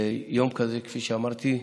יום כזה, כפי שאמרתי,